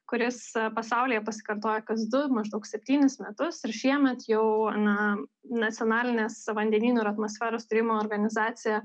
kuris pasaulyje pasikartoja kas du maždaug septynis metus ir šiemet jau na nacionalinės vandenynų ir atmosferos tyrimo organizacija